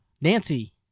Nancy